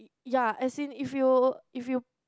ya as in if you if you